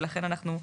ולכן נגיד,